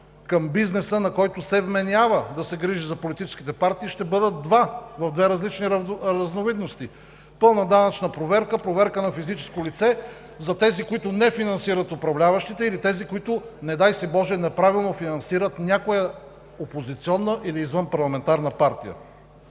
към бизнеса, на който се вменява да се грижи за политическите партии, ще бъдат два в две различни разновидности – пълна данъчна проверка, проверка на физическо лице за тези, които не финансират управляващите, или тези, които, не дай си Боже, неправилно финансират някоя опозиционна или извънпарламентарна партия.